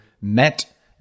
met